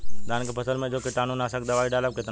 धान के फसल मे जो कीटानु नाशक दवाई डालब कितना?